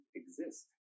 exist